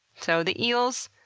so the eels,